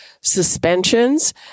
suspensions